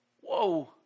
Whoa